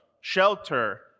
shelter